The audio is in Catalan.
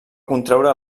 contreure